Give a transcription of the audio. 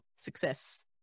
success